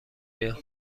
بیام